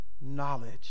knowledge